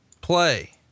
play